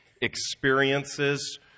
experiences